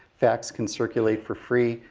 facts can circulate for free.